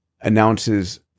announces